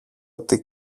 την